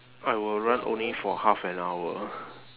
I will run only for half an hour